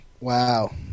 Wow